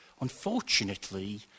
Unfortunately